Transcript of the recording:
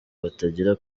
batangire